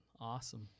Awesome